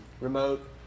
remote